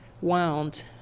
wound